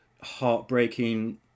heartbreaking